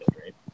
right